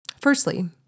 Firstly